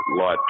light